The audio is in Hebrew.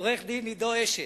עורך-דין עידו עשת,